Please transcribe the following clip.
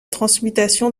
transmutation